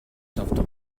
зовдог